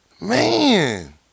Man